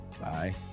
Bye